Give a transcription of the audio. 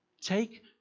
Take